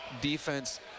defense